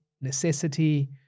necessity